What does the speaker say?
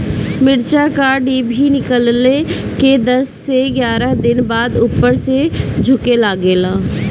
मिरचा क डिभी निकलले के दस से एग्यारह दिन बाद उपर से झुके लागेला?